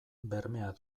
bermea